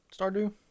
Stardew